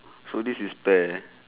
so this is bad